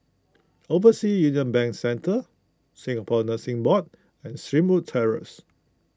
Overseas Union Bank Centre Singapore Nursing Board and Springwood Terrace